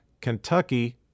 Kentucky